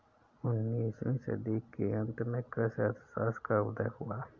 उन्नीस वीं सदी के अंत में कृषि अर्थशास्त्र का उदय हुआ